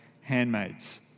handmaids